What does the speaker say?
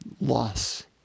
Loss